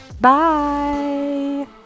Bye